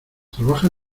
trabaja